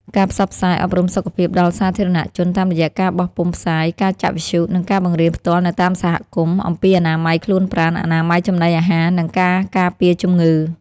ការផ្សព្វផ្សាយអប់រំសុខភាពដល់សាធារណជន តាមរយៈការបោះពុម្ពផ្សាយ ការចាក់វិទ្យុ និងការបង្រៀនផ្ទាល់នៅតាមសហគមន៍ អំពីអនាម័យខ្លួនប្រាណ អនាម័យចំណីអាហារ និងការការពារជំងឺ។